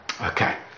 Okay